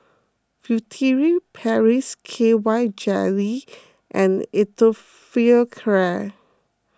Furtere Paris K Y Jelly and Atopiclair